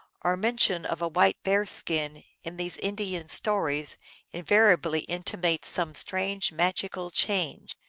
or mention, of a white bear-skin in these indian stories invariably intimates some strange magical change.